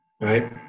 right